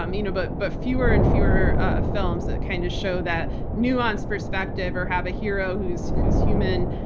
um you know but but fewer and fewer ah films that kind of show show that nuanced perspective or have a hero who's who's human,